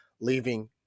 leaving